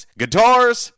guitars